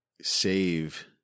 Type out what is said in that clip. save